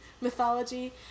mythology